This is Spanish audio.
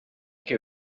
que